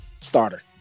Starter